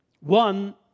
One